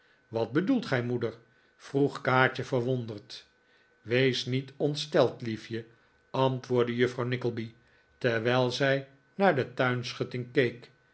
wat bedoelt gij moeder vroeg kaatje verwonderd wees niet ontsteld liefje antwoordde juffrouw nickleby terwijl zij naar de